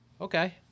okay